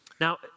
Now